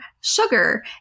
sugar